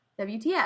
WTF